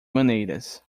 maneiras